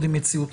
המתווה